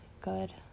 good